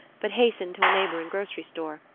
but hastened to a neighboring grocery store,